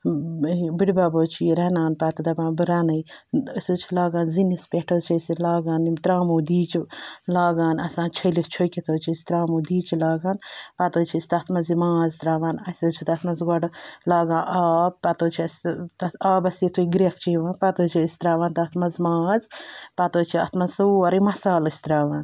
بٔڈِ بَب حظ چھِ یہِ رَنان پَتہٕ دَپان بہٕ رَنَے أسۍ حظ چھِ لاگان زِنِس پٮ۪ٹھ حظ چھِ أسۍ یہِ لاگان یِم ترٛاموٗ دیٖچہِ لاگان آسان چھٔلِتھ چھوٚکِتھ حظ چھِ أسۍ ترٛاموٗ دیٖچہِ لاگان پَتہٕ حظ چھِ أسۍ تَتھ منٛز یہِ ماز ترٛاوان اَسہِ حظ چھِ تَتھ منٛز گۄڈٕ لاگان آب پَتہٕ حظ چھِ اَسہِ تَتھ آبَس یُتھُے گرٛٮ۪کھ چھِ یِوان پَتہٕ حظ چھِ أسۍ ترٛاوان اَتھ منٛز ماز پَتہٕ حظ چھِ اَتھ منٛز سورُے مصالہٕ أسۍ ترٛاوان